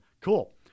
Cool